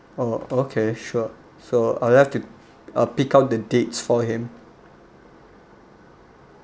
oh okay sure so I just have to uh pick out the dates for him